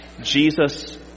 Jesus